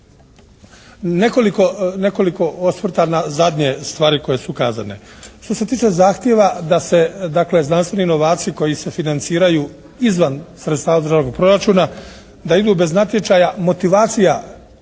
Nekoliko osvrta na zadnje stvari koje su kazane. Što se tiče zahtjeva da se dakle znanstvene inovacije koje se financiraju izvan sredstava državnog proračuna da idu bez natječaja, motivacija